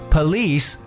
Police